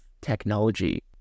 technology